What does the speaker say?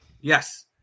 Yes